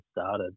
started